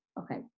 Okay